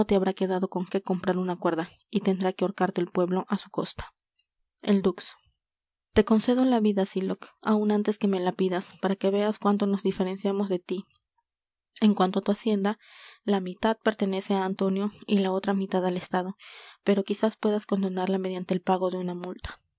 habrá quedado con que comprar una cuerda y tendrá que ahorcarte el pueblo á su costa el dux te concedo la vida sylock áun antes que me la pidas para que veas cuánto nos diferenciamos de tí en cuanto á tu hacienda la mitad pertenece á antonio y la otra mitad al estado pero quizá puedas condonarla mediante el pago de una multa